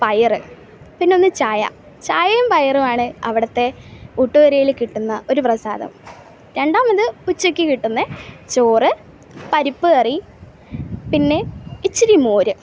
പയർ പിന്നൊന്ന് ചായ ചായയും പയറുമാണ് അവിടത്തെ ഊട്ടുപുരയിൽ കിട്ടുന്ന ഒരു പ്രസാദം രണ്ടാമത് ഉച്ചക്ക് കിട്ടുന്ന ചോറ് പരിപ്പ്കറി പിന്നെ ഇച്ചിരി മോര്